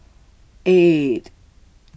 eight